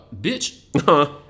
Bitch